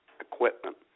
equipment